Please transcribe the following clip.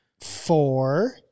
four